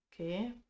Okay